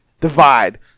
Divide